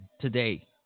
today